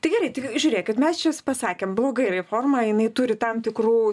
tai gerai tai žiūrėkit mes čia pasakėm blogai reforma jinai turi tam tikrų